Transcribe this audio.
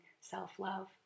self-love